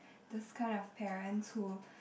those kind of parents who